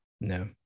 No